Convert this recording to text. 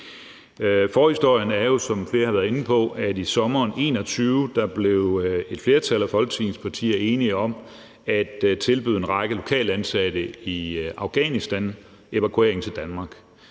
Forhistorien er jo, som flere har været inde på, at et flertal af Folketingets partier i sommeren 2021 blev enige om at tilbyde en række lokalt ansatte i Afghanistan evakuering til Danmark.